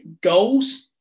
goals